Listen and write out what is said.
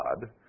God